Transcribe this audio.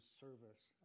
service